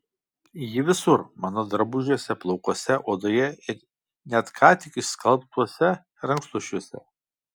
ji visur mano drabužiuose plaukuose odoje ir net ką tik išskalbtuose rankšluosčiuose